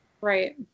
Right